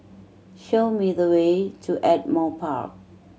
show me the way to Ardmore Park